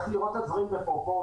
שצריך לראות את הדברים בפרופורציה.